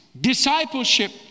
discipleship